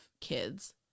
kids